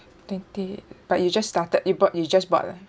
twenty but you just started you bought you just bought lah